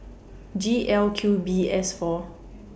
G L Q B S four